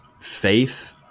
faith